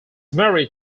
married